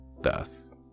Thus